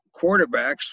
quarterbacks